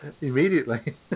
immediately